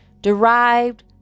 derived